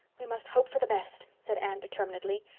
we must hope for the best, said anne determinedly.